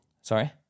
Sorry